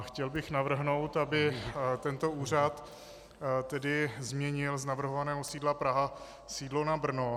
Chtěl bych navrhnout, aby tento úřad změnil z navrhovaného sídla Praha sídlo na Brno.